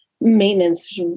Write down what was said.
maintenance